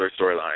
storyline